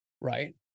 right